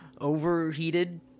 overheated